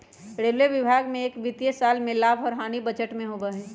railway विभाग में एक वित्तीय साल में लाभ और हानि बजट में होबा हई